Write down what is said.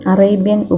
Arabian